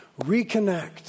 Reconnect